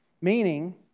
Meaning